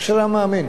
אשרי המאמין.